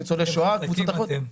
ניצולי שואה וקבוצות אחרות.